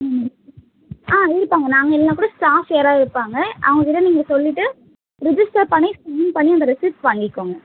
ம் ஆ இருப்பாங்க நாங்கள் இல்லைன்னா கூட ஸ்டாஃப் யாராவது இருப்பாங்க அவங்கக்கிட்ட நீங்கள் சொல்லிவிட்டு ரிஜிஸ்டர் பண்ணி சைன் பண்ணி அந்த ரெசிப்ட் வாங்கிக்கோங்க